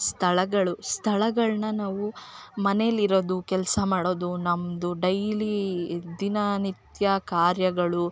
ಸ್ಥಳಗಳು ಸ್ಥಳಗಳ್ನ ನಾವು ಮನೆಯಲ್ಲಿರೋದು ಕೆಲಸ ಮಾಡೋದು ನಮ್ದು ಡೈಲೀ ದಿನ ನಿತ್ಯ ಕಾರ್ಯಗಳು